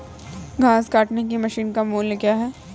घास काटने की मशीन का मूल्य क्या है?